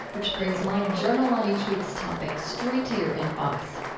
which brings my journal on each week's topic straight to your inbox.